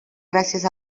gràcies